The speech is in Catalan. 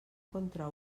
contra